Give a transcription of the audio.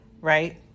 right